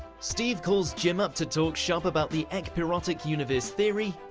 steve calls jim up to talk shop about the ekpyrotic universe theory,